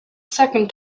second